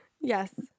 Yes